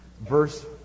verse